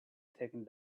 taking